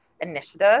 initiative